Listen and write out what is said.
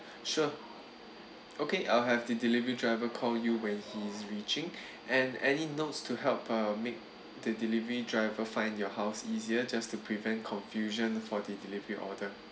sure okay I'll have the delivery driver call you when he's reaching and any notes to help err make the delivery driver find your house easier just to prevent confusion for the delivery order